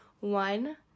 One